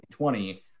2020